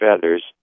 feathers